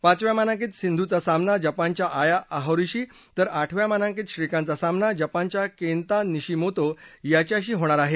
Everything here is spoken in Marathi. पाचव्या मानांकित सिंधूचा सामना जपानच्या आया आहोरीशी तर आठव्या मानांकित श्रीकांतचा सामना जपानच्या केंता निशीमोतो याच्याशी होणार आहे